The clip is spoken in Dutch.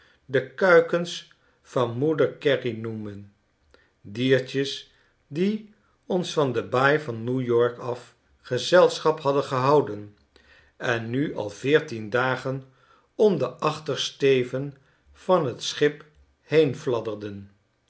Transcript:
de kuikens van moeder carey noemen diertjes die ons van de baai van n e w-y o r k af gezelschap hadden gehouden en nu al veertien dagen om den achtersteven van t schip heenfladderden